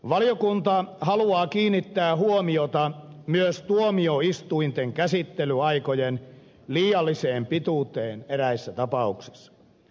valiokunta haluaa kiinnittää huomiota myös tuomioistuinten käsittelyaikojen liialliseen pituuteen eräissä tapauksissa